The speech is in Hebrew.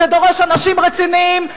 זה דורש אנשים רציניים,